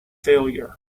failure